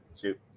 Shoot